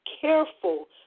careful